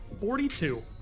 Forty-two